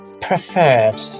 preferred